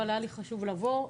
אבל היה חשוב לי לבוא.